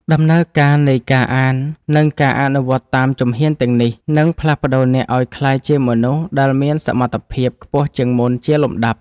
ដំណើរការនៃការអាន និងការអនុវត្តតាមជំហានទាំងនេះ នឹងផ្លាស់ប្តូរអ្នកឱ្យក្លាយជាមនុស្សដែលមានសមត្ថភាពខ្ពស់ជាងមុនជាលំដាប់។